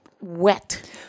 wet